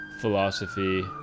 philosophy